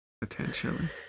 Potentially